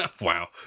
Wow